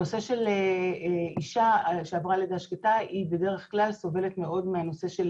הנושא של אישה שעברה לידה שקטה היא בדרך כלל סובלת מאוד מהנושא הזה